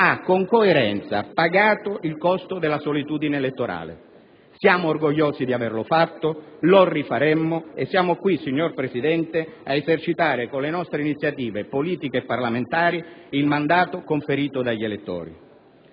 ha con coerenza pagato il costo della solitudine elettorale. Siamo orgogliosi di averlo fatto, lo rifaremmo e siamo qui, signor Presidente, a esercitare con le nostre iniziative politiche e parlamentari il mandato conferito dagli elettori.